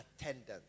attendance